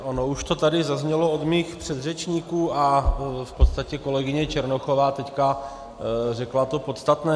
Ono už to tady zaznělo od mých předřečníků a v podstatě kolegyně Černochová z toho teď řekla to podstatné.